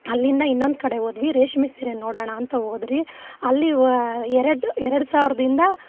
ಅಲ್ಲಿಂದ ಇನ್ನೊಂದು ಕಡೆ ಹೋದ್ವಿ ರೇಷ್ಮೆ ಸೀರೆ ನೋಡೋಣ ಅಂತ ಹೋದ್ರಿ ಅಲ್ಲಿ ಎರಡು ಎರಡು ಸಾವಿರದಿಂದ